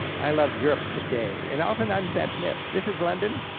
i love europe today, and oftentimes that's missed. this is london,